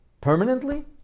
permanently